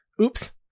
oops